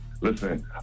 Listen